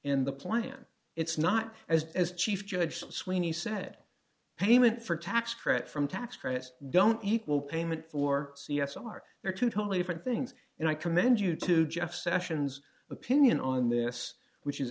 and the plan it's not as bad as chief judge sweeney said payment for tax credit from tax credits don't equal payment for c s are there two totally different things and i commend you to jeff sessions opinion on this which is